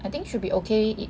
I think should be okay